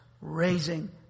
raising